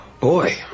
boy